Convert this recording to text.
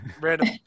random